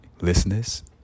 listeners